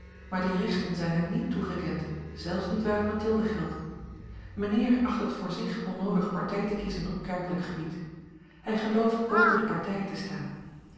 maar die rechten zijn hem niet toegekend zelfs niet waar het mathilde geldt mijnheer acht het voor zich onnoodig partij te kiezen op kerkelijk gebied hij gelooft boven de partijen te staan